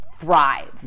thrive